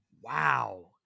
Wow